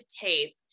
tape